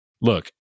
look